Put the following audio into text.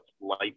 light